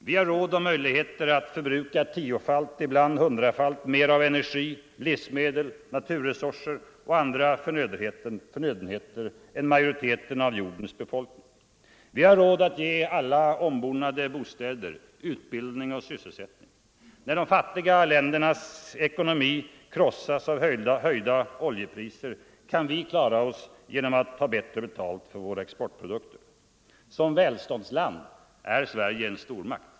Vi har råd och möjligheter att förbruka tiofalt, ibland hundrafalt, mer av energi, livsmedel, naturresurser och andra förnödenheter än majoriteten av jordens befolkning. Vi har råd att ge ombonade bostäder, utbildning och sysselsättning åt alla. När de fattiga ländernas ekonomi krossas av höjda oljepriser, kan vi klara oss genom att ta bättre betalt för våra exportprodukter. Som välståndsland är Sverige en stormakt.